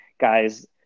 guys